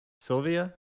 Sylvia